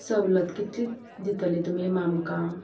सवलत कितले दितले तुमी आमकां